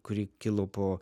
kuri kilo po